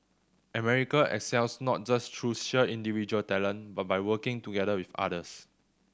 Aamerica excels not just through sheer individual talent but by working together with others